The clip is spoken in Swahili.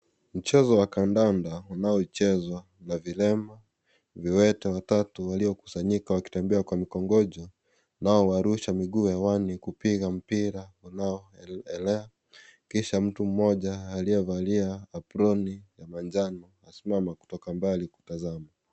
Mchezo wa kandanda unaochezwa na vilema. Viwete watatu waliokusanyika wakitembea kwa mkongojo, nao warusha miguu hewani kupiga mpira unao elea. Kisha, mtu moja aliyevalia aproni ya manjano asimama kutoka mbali kutazama.